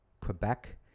Quebec